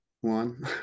one